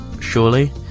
surely